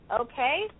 okay